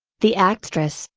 the actress,